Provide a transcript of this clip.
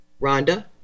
Rhonda